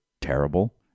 terrible